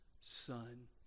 son